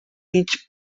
mig